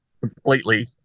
completely